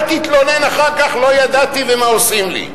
אל תתלונן אחר כך, לא ידעתי, ומה עושים לי.